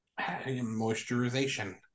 Moisturization